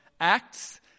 Acts